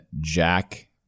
Jack